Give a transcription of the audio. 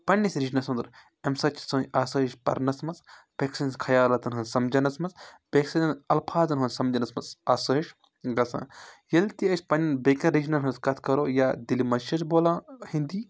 پنٕنِس رِجنَس ہُنٛد اَمہِ سۭتۍ چھِ سٲنۍ آسٲیش پَرنَس منٛز بیٚکہِ سٕنٛدِس خیالاتَن ہٕنٛز سَمجھنَس منٛز بیٚکہِ سٕنٛدٮ۪ن اَلفاظَن ہٕنٛز سَمجنَس منٛز آسٲیِش گژھان ییٚلہِ تہِ أسۍ پَننٮ۪ن بیٚکن رِجنَن ہٕنٛز کَتھ کَرو یا دِلہِ منٛز چھِ بولان ہِنٛدی